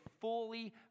fully